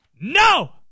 no